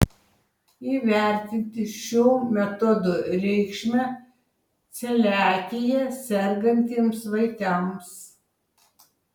įvertinti šio metodo reikšmę celiakija sergantiems vaikams